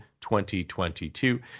2022